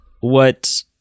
What-